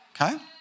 Okay